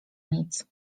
nic